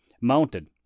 mounted